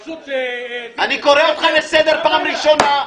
והשוק --- אני קורא אותך לסדר פעם ראשונה,